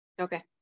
Okay